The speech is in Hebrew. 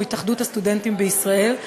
התאחדות הסטודנטים בישראל,